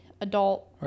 adult